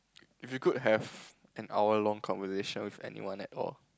if you could have an hour long conversation with anyone at all